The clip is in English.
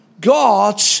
God